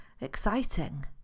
Exciting